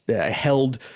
held